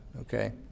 okay